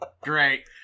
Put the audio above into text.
Great